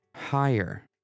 higher